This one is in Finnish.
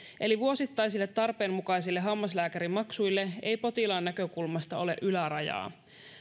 eli vuosittaisille tarpeenmukaisille hammaslääkärimaksuille ei potilaan näkökulmasta ole ylärajaa